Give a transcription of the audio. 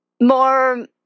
more